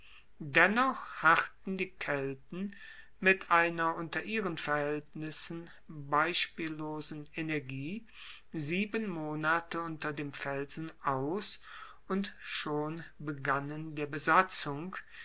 dennoch harrten die kelten mit einer unter ihren verhaeltnissen beispiellosen energie sieben monate unter dem felsen aus und schon begannen der besatzung